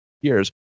years